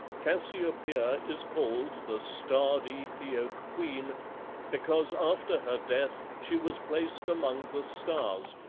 cassiopeia is called the starred aethiop queen because after her death she was placed among the stars,